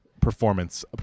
performance